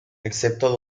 excepto